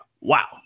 wow